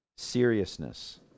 seriousness